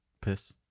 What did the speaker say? Piss